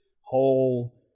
whole